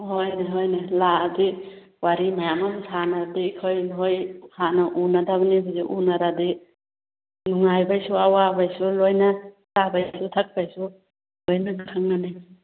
ꯍꯣꯏꯅꯦ ꯍꯣꯏꯅꯦ ꯂꯥꯛꯂꯗꯤ ꯋꯥꯔꯤ ꯃꯌꯥꯝ ꯑꯃ ꯁꯥꯟꯅꯔꯗꯤ ꯑꯩꯈꯣꯏ ꯅꯈꯣꯏ ꯍꯥꯟꯅ ꯎꯅꯗꯕꯅꯤ ꯍꯧꯖꯤꯛ ꯎꯅꯔꯗꯤ ꯅꯨꯡꯉꯥꯏꯕꯩꯁꯨ ꯑꯋꯥꯕꯩꯁꯨ ꯂꯣꯏꯅ ꯆꯥꯕꯒꯤꯁꯨ ꯊꯛꯄꯒꯤꯁꯨ ꯂꯣꯏꯅ ꯈꯪꯂꯅꯤ